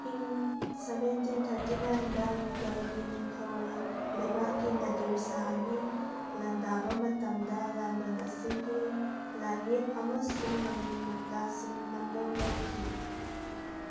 ꯏꯪ seventeen thirty ꯅꯥꯏꯟꯗ ꯃꯨꯒꯜꯒꯤ ꯅꯤꯡꯊꯧꯔꯦꯜ ꯂꯩꯕꯥꯛꯀꯤ ꯅꯗꯤꯔ ꯁꯥꯍꯥꯒꯤ ꯂꯥꯟꯗꯥꯕ ꯃꯇꯝꯗ ꯂꯥꯟꯕꯟ ꯑꯁꯤꯒꯤ ꯂꯥꯏꯌꯦꯛ ꯑꯃꯁꯨꯡ ꯃꯅꯤ ꯃꯨꯛꯇꯥꯁꯤꯡ ꯅꯝꯂꯧ ꯂꯧꯈꯤ